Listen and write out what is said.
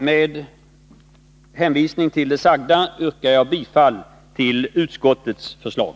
Med hänvisning till det sagda yrkar jag bifall till utskottets förslag.